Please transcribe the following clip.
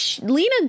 lena